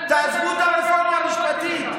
תעזבו את הרפורמה המשפטית,